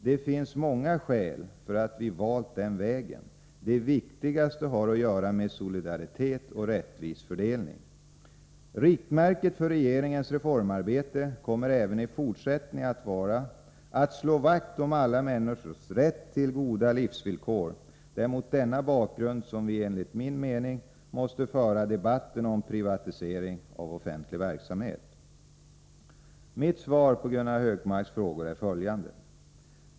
Det finns många skäl för att vi valt den vägen. Det viktigaste har att göra med solidaritet och rättvis fördelning. Riktmärket för regeringens reformarbete kommer även i fortsättningen att vara att slå vakt om alla människors rätt till goda livsvillkor. Det är mot denna bakgrund som vi enligt min mening måste föra debatten om privatisering av offentlig verksamhet. Mitt svar på Gunnar Hökmarks frågor är följande.